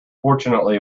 fortunately